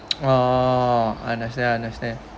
oh I understand I understand